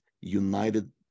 united